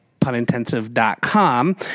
punintensive.com